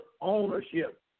ownership